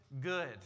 good